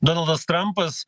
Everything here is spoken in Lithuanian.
donaldas trampas